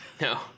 no